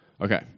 Okay